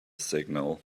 signal